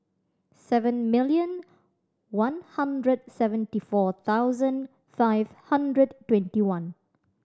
seven million one hundred seventy four thousand five hundred twenty one